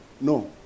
No